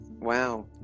Wow